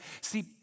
see